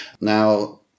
Now